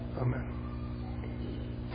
Amen